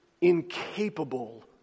incapable